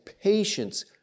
patience